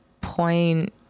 point